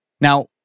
now